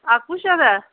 اکوُہ شٮ۪تھ ہا